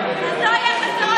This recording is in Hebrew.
אז לא יהיו חסרות שתי הצבעות.